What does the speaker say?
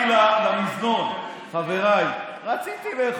חבר הכנסת ולדי.